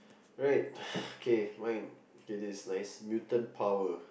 right okay mine okay this is nice mutant power